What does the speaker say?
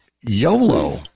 YOLO